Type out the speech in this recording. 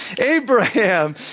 Abraham